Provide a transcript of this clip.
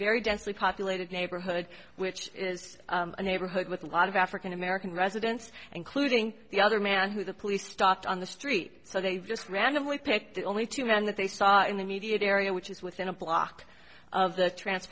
very densely populated neighborhood which is a neighborhood with a lot of african american residents including the other man who the police stopped on the street so they just randomly picked the only two men that they saw in the immediate area which is within a block of the tran